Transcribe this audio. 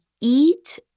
eat